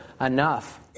enough